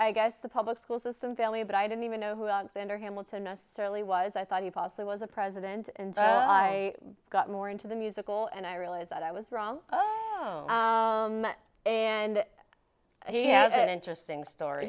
i guess the public school system failure but i didn't even know who alexander hamilton necessarily was i thought he also was a president and so i got more into the musical and i realized that i was wrong and he has an interesting story